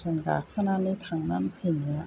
train गाखोनानै थांनानै फैनाया